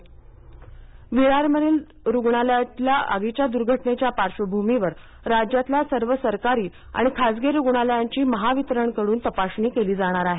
महावितरण विरारमधील रूग्णालयातील आगीच्या दुर्घटनेच्या पार्श्वभुमीवर राज्यातल्या सर्व सरकारी आणि खासगी रूग्णालयांचा महावितरणकडून तपासणी केली जाणार आहे